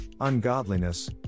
ungodliness